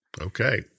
Okay